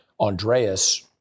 Andreas